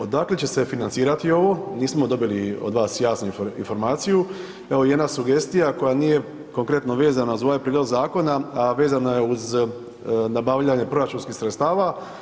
Odakle će se financirati ovo, nismo dobili od vas jasnu informaciju, evo i jedna sugestija koja nije konkretno vezana ta ovaj prijedlog zakona, a vezana je uz nabavljanje proračunskih sredstava.